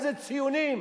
איזה ציונים?